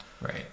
Right